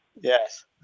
Yes